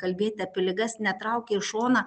kalbėti apie ligas netraukia į šoną